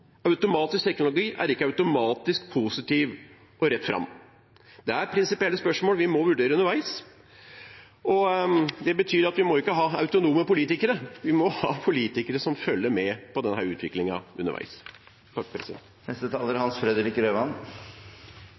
automatisk teknologi er ikke automatisk positiv og rett fram. Det er prinsipielle spørsmål vi må vurdere underveis. Det betyr at vi må ikke ha «autonome politikere», vi må ha politikere som følger med på denne utviklingen underveis.